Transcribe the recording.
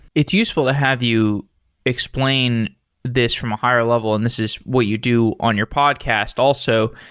it's useful to have you explain this from a higher level, and this is what you do on your podcast also.